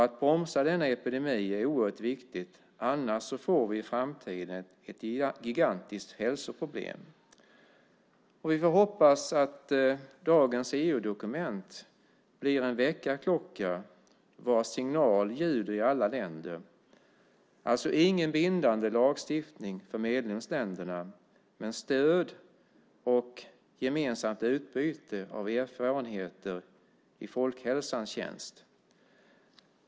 Att bromsa denna epidemi är oerhört viktigt, annars får vi i framtiden ett gigantiskt hälsoproblem. Vi får hoppas att dagens EU-dokument blir en väckarklocka vars signal ljuder i alla länder - alltså ingen bindande lagstiftning för medlemsländerna, men stöd och gemensamt utbyte av erfarenheter i folkhälsans tjänst.